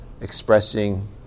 expressing